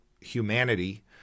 humanity